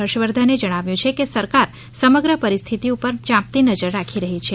ફર્ષવર્ધને જણાવ્યુ છે કે સરકાર સમગ્ર પરિસ્થિતી ઉપર ચાંપતી નજર રાખી રહી છે